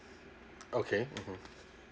okay mmhmm